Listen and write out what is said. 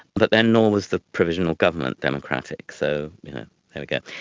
but then nor was the provisional government democratic, so there we go.